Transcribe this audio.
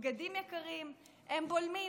בגדים יקרים הם בולמים.